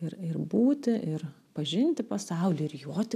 ir ir būti ir pažinti pasaulį ir joti